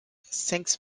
sinks